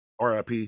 RIP